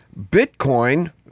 Bitcoin